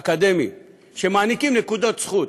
אקדמיים שמעניקים נקודות זכות